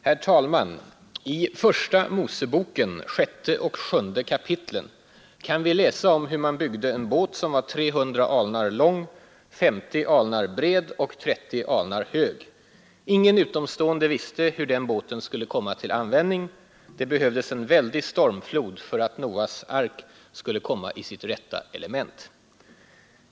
Herr talman! I Första Moseboken, 6 och 7 kap., kan vi läsa om hur man byggde en båt som var 300 alnar lång, 50 alnar bred och 30 alnar hög. Ingen utomstående visste hur den båten skulle komma till användning. Det behövdes en väldig stormflod för att Noaks ark skulle komma i sitt rätta element.